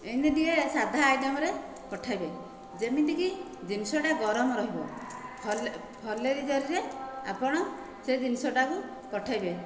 ଏମିତି ଟିକିଏ ସାଧା ଆଇଟମ୍ରେ ପଠାଇବେ ଯେମିତିକି ଜିନିଷଟା ଗରମ ରହିବ ଫଏଲ ଫଏଲର ଜରିରେ ଆପଣ ସେ ଜିନିଷଟାକୁ ପଠାଇବେ